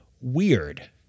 weird